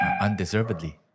undeservedly